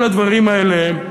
כל הדברים האלה,